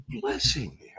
blessing